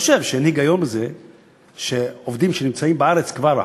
אני חושב שאין היגיון בזה שעובדים שכבר נמצאים בארץ,